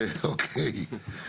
אוקיי.